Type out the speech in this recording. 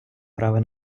права